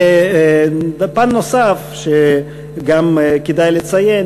פן נוסף שכדאי לציין,